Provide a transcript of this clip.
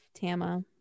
Tama